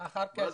מה